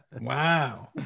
wow